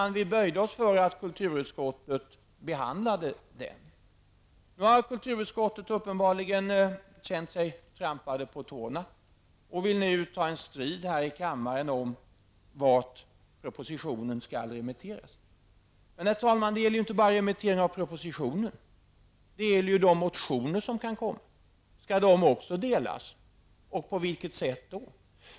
Därför böjde vi oss och kulturutskottet fick behandla frågan. Nu har kulturutskottet uppenbarligen känt sig trampat på tårna och vill ta en strid i kammaren om vart propositionen skall remitteras. Men, herr talman, det gäller ju inte bara remittering av propositionen. Det gäller också de motioner som kan komma. Skall också motionerna delas och i så fall på vilket sätt?